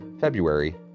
February